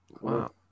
Wow